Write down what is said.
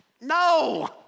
no